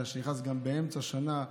שנכנס באמצע שנה,